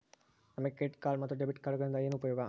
ನಮಗೆ credit card ಮತ್ತು debit ಕಾರ್ಡುಗಳಿಂದ ಏನು ಉಪಯೋಗ?